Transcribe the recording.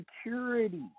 security